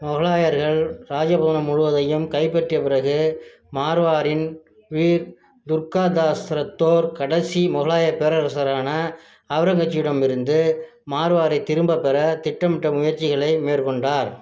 மொகலாயர்கள் ராஜபவனம் முழுவதையும் கைப்பற்றிய பிறகு மார்வாரின் வீர் துர்காதாஸ் ரத்தோர் கடைசி முகலாய பேரரசரரான ஒளரங்கஜ்ஜிடமிருந்து மார்வாரை திரும்ப பெற திட்டமிட்ட முயற்சிகளை மேற்க்கொண்டார்